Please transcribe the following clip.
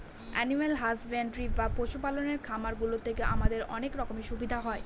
animal husbandry বা পশু পালনের খামার গুলো থেকে আমাদের অনেক রকমের সুবিধা হয়